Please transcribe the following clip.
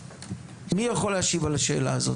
מי יכול להשיב על השאלה הזו?